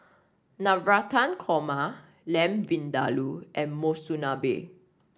Navratan Korma Lamb Vindaloo and Monsunabe